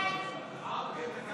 ההסתייגות (5)